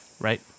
right